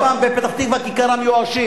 היתה פעם בפתח-תקווה "כיכר המיואשים".